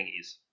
thingies